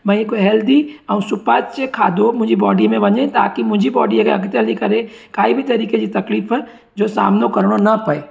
भई हिकु हेल्दी ऐं जे खाधो मुंहिंजी बॉडीअ में वञे ताकी मुंहिंजी बॉडीअ में अॻिते हली करे काई बि तरीक़े जी तकलीफ़ जो सामिनो करिणो न पए